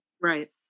Right